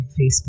Facebook